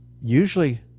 Usually